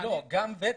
גם ותק.